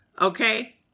Okay